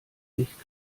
nicht